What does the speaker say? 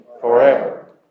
forever